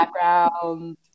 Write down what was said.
background